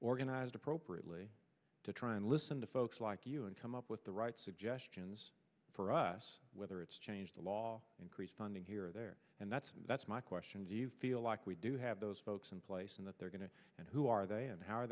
organized appropriately to try and listen to folks like you and come up with the right suggestions for us whether it's changed the law increase funding here or there and that's that's my question do you feel like we do have those folks in place and that they're going to and who are they